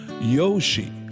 Yoshi